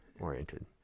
oriented